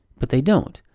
but they don't.